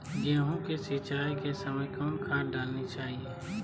गेंहू के सिंचाई के समय कौन खाद डालनी चाइये?